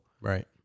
Right